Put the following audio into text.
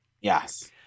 Yes